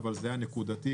אבל זה היה נקודתי,